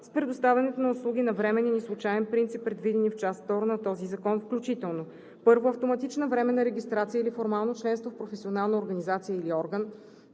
с предоставянето на услуги на временен и случаен принцип, предвидени в част втора на този закон, включително: 1. автоматична временна регистрация или формално членство в професионална организация или орган;